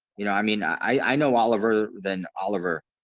you know, i mean, i i i know oliver than oliver